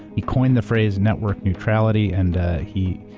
he coined the phrase network neutrality, and he,